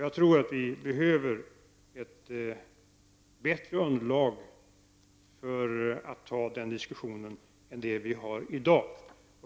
Jag tror att vi behöver ett bättre underlag för den diskussionen än vi har i dag.